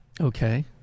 Okay